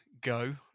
go